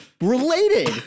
related